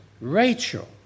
Rachel